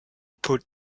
put